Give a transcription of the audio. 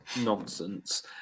nonsense